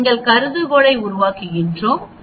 எங்கள் கருதுகோளை உருவாக்குகிறோம் H0 μ